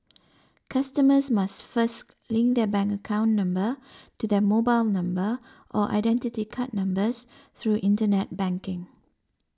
customers must first link their bank account number to their mobile number or Identity Card numbers through Internet banking